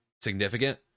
significant